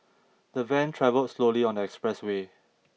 the van travelled slowly on the expressway